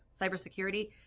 cybersecurity